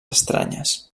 estranyes